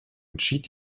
entschied